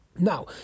Now